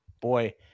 boy